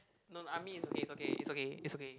no I mean it's okay it's okay it's okay it's okay